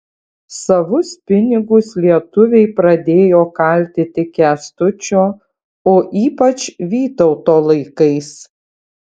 savus pinigus lietuviai pradėjo kalti tik kęstučio o ypač vytauto laikais